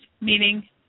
meaning